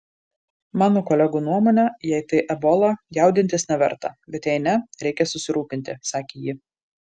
mano kolegų nuomone jei tai ebola jaudintis neverta bet jei ne reikia susirūpinti sakė ji